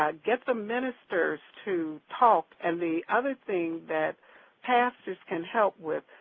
ah get the ministers to talk and the other thing that pastors can help with,